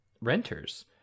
renters